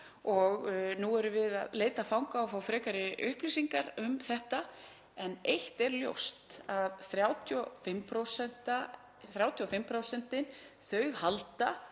Nú erum við að leita fanga og fá frekari upplýsingar um þetta. En eitt er ljóst, þ.e. að 35% halda.